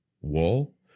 Wall